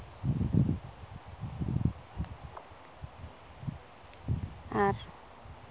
ᱟᱨ